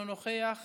אינו נוכח,